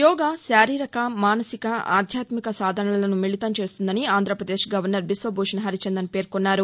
యోగా శారీరక మానసిక ఆధ్యాత్మిక సాధనలను మిళతం చేస్తుందని ఆంధ్రప్రదేశ్ గవర్నర్ బిశ్వభూషణ్ హరిచందన్ పేర్కొన్నారు